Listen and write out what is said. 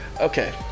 Okay